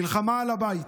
מלחמה על הבית.